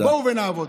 בואו נעבוד.